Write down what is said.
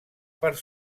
part